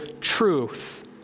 truth